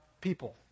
people